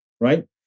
right